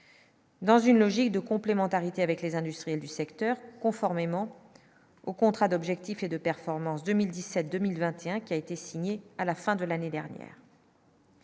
Dans une logique de complémentarité avec les industriels du secteur, conformément au contrat d'objectifs et de performance 2017, 2021, qui a été signé à la fin de l'année dernière.